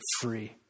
free